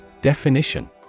Definition